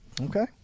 Okay